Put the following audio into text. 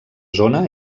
zona